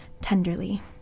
Tenderly